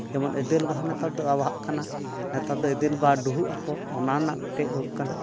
ᱡᱮᱢᱚᱱ ᱮᱫᱮᱞ ᱵᱟᱦᱟ ᱱᱮᱛᱟᱨ ᱫᱚ ᱵᱟᱦᱟᱜ ᱠᱟᱱᱟ ᱱᱮᱛᱟᱨ ᱫᱚ ᱮᱫᱮᱞ ᱵᱟᱦᱟ ᱰᱩᱦᱩᱜᱼᱟᱠᱚ ᱚᱱᱟ ᱨᱮᱱᱟᱜ ᱢᱤᱫᱴᱮᱱ ᱨᱳᱜᱽ ᱠᱟᱱᱟ